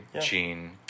Gene